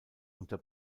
unter